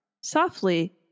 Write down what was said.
Softly